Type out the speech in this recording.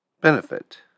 benefit